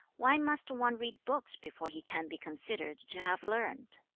why must one read books before he can be considered to have learned